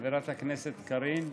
חברת הכנסת קארין,